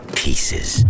pieces